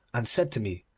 and said to me,